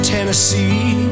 Tennessee